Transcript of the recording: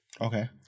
Okay